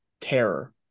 terror